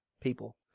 people